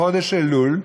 בחודש אלול,